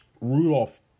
Rudolph